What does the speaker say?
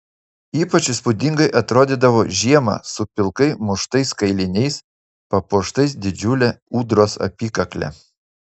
ypač įspūdingai atrodydavo žiemą su pilkai muštais kailiniais papuoštais didžiule ūdros apykakle